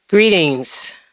Greetings